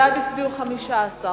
בעד הצביעו 15,